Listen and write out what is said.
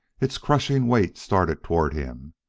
its crushing weight started toward him,